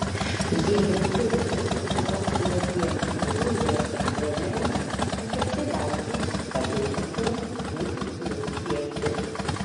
jie ir turi būti tuo orientyru ieškant trenerio efektyviausiai padėsiančio tų tikslų siekti